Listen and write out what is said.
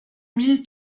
mille